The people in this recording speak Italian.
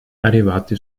arrivati